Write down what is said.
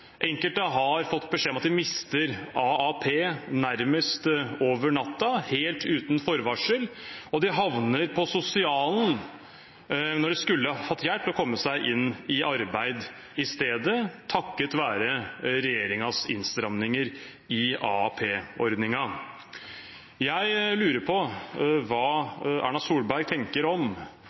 Enkelte har fått beskjed om at de mister AAP nærmest over natten, helt uten forvarsel. De havner på sosialen når de skulle ha fått hjelp til å komme seg i arbeid i stedet – takket være regjeringens innstramminger i AAP-ordningen. Jeg lurer på hva Erna Solberg tenker om